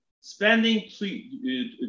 spending